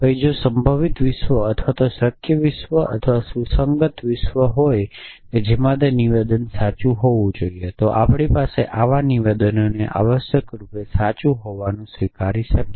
પછી જો સંભવિત વિશ્વ અથવા શક્ય વિશ્વ અથવા સુસંગત વિશ્વ હોય જેમાં તે નિવેદન સાચું હોવું જોઈએ તો આપણે આવા નિવેદનને આવશ્યક રૂપે સાચું હોવાનું સ્વીકારી શકીએ